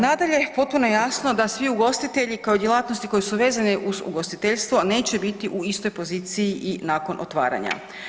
Nadalje, potpuno je jasno da svi ugostitelji kao djelatnosti koje su vezane uz ugostiteljstvo neće biti u istoj poziciji i nakon otvaranja.